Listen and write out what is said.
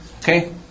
Okay